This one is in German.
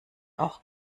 auch